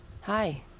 Hi